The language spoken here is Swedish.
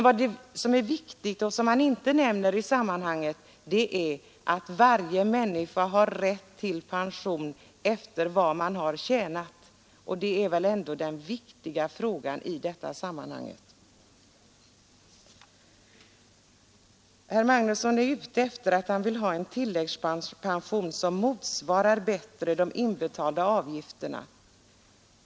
Vad som är viktigt och som herr Magnusson inte nämner i sammanhanget är att varje människa har rätt till pension efter den inkomst man haft. Herr Magnusson är ute efter en tilläggspension som bättre svarar mot de inbetalda avgifterna.